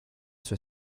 sue